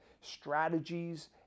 strategies